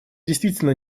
действительно